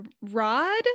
Rod